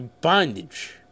bondage